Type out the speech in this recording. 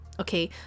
okay